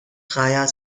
dreier